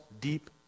deep